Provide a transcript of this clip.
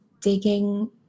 digging